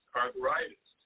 arthritis